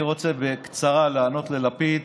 אני רוצה בקצרה לענות ללפיד.